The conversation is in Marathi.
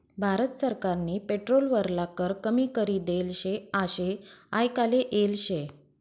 भारत सरकारनी पेट्रोल वरला कर कमी करी देल शे आशे आयकाले येल शे